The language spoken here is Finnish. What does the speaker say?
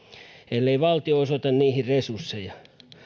ellei valtio osoita niihin resursseja